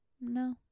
no